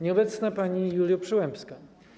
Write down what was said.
Nieobecna Pani Julio Przyłębska!